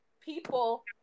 people